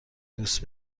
دوست